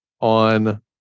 on